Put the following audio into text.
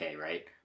right